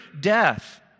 death